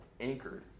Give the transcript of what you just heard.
anchored